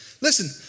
Listen